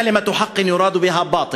כּלמת חק יראד בּהא אל-בּאטל,